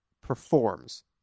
performs